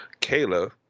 Kayla